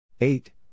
eight